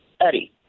Eddie